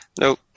Nope